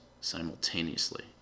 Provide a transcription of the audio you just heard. simultaneously